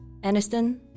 Aniston